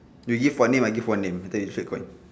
you give one name I give one name later we flip the coin